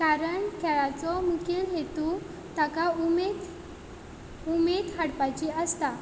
कारण खेळाचो मुखेल हेतू ताका उमेद उमेद हाडपाची आसता